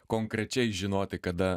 konkrečiai žinoti kada